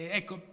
ecco